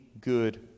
good